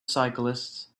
cyclists